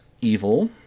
evil